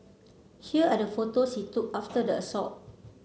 here are the photos he took after the assault